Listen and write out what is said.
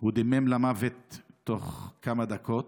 והוא דימם למוות תוך כמה דקות,